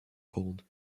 called